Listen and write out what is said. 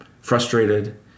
frustrated